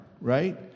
right